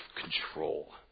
control